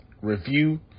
review